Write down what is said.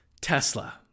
Tesla